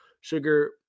sugar –